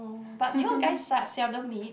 orh but do you all guys sel~ seldom meet